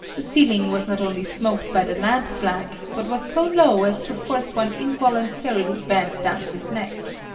the ceiling was not only smoked by the lamp black, but was so low as to force one involuntarily bend down his neck.